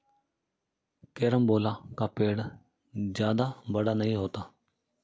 carambola का पेड़ जादा बड़ा नहीं होता